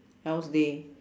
else day